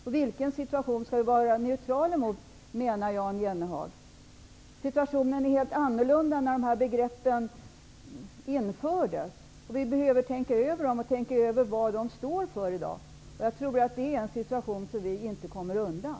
I vilken situation menar Jan Jennehag att vi skall vara neutrala? Situationen var helt annorlunda när dessa begrepp infördes. Vi behöver tänka över vad begreppen står för i dag. Jag tror att det är en situation som vi inte kan komma undan.